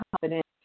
confident